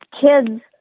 kids